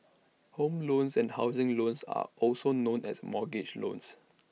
home loans and housing loans are also known as mortgage loans